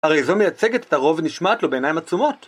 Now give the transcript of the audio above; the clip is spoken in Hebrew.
הרי זו מייצגת את הרוב ונשמעת לו בעיניים עצומות.